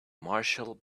marshall